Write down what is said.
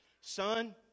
Son